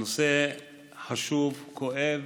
הנושא חשוב, כואב